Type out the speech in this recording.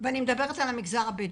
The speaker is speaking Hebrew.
ועל המגזר הבדווי,